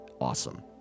Awesome